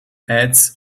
ads